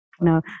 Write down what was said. No